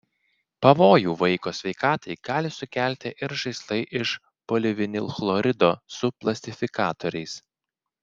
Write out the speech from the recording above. pavojų vaiko sveikatai gali kelti ir žaislai iš polivinilchlorido su plastifikatoriais